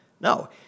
No